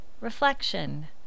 Reflection